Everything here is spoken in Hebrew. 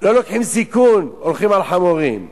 לא לוקחים סיכון, הולכים על חמורים,